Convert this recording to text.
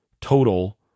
total